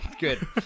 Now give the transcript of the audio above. Good